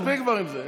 מספיק כבר עם זה.